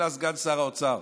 נכנס סגן שר האוצר.